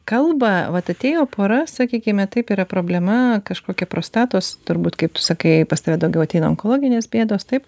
kalba vat atėjo pora sakykime taip yra problema kažkokia prostatos turbūt kaip tu sakai pas tave daugiau ateina onkologinės bėdos taip